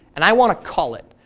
and i want to call it,